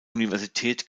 universität